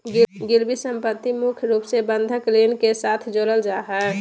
गिरबी सम्पत्ति मुख्य रूप से बंधक ऋण के साथ जोडल जा हय